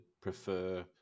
prefer